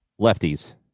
Lefties